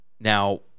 Now